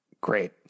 Great